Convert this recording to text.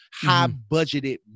high-budgeted